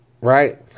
Right